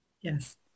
Yes